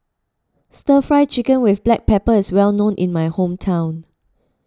Stir Fry Chicken with Black Pepper is well known in my hometown